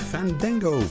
Fandango